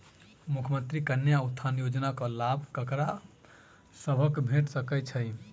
मुख्यमंत्री कन्या उत्थान योजना कऽ लाभ ककरा सभक भेट सकय छई?